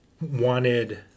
wanted